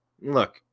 Look